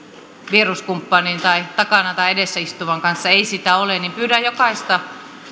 vieruskumppanin tai takana tai edessä istuvan kanssa ei sitä ole pyydän jokaista